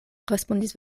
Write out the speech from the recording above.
respondis